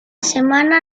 semana